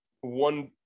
one